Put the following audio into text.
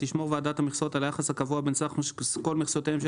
תשמור ועדת המכסות על היחס הקבוע בין סך כל מכסותיהם של